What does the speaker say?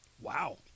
Wow